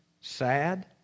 sad